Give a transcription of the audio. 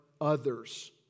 others